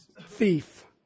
thief